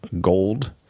gold